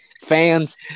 Fans